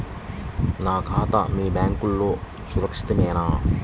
నా ఖాతా మీ బ్యాంక్లో సురక్షితమేనా?